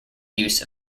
use